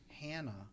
hannah